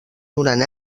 durant